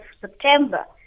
September